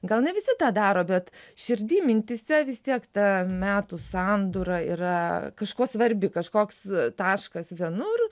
gal ne visi tą daro bet širdy mintyse vis tiek ta metų sandūra yra kažkuo svarbi kažkoks taškas vienur